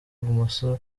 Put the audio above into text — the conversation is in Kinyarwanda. bumoso